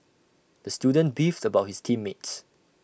the student beefed about his team mates